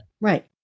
Right